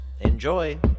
Enjoy